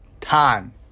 time